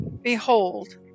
Behold